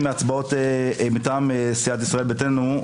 ההסתייגויות מטעם סיעת ישראל ביתנו,